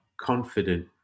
confident